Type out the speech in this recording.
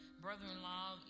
brother-in-law